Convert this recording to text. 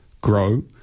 grow